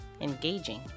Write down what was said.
engaging